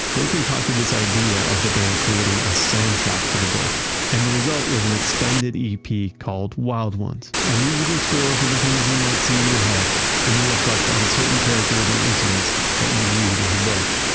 they concocted this idea of the band creating a soundtrack to the book and the result was an extended ep called wild ones a musical score for the things you might see in your head when you reflect on certain characters and incidents that you read in the book.